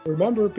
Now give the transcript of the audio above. Remember